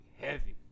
heavy